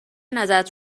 نظرت